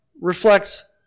reflects